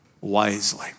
wisely